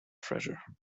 treasure